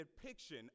depiction